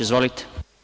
Izvolite.